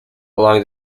along